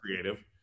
creative